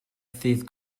ddydd